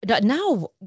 now